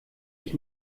ich